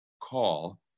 call